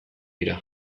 dira